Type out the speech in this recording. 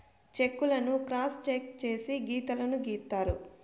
check లను cross cheque చేసి గీతలు గీత్తారు